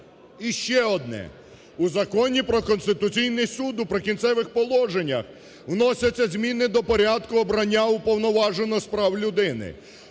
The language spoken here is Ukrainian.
І ще одне. У Законі про Конституційний Суд у "Прикінцевих положеннях" вносяться зміни до порядку обрання Уповноваженого з прав людини.